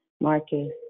Marcus